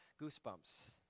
goosebumps